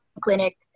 clinic